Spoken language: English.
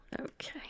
Okay